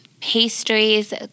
pastries